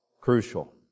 Crucial